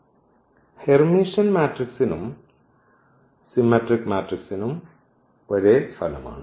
Hermitian മാട്രിക്സിനും symmetric മാട്രിക്സിനും ഒരേ ഫലമാണ്